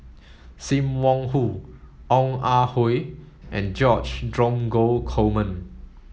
Sim Wong Hoo Ong Ah Hoi and George Dromgold Coleman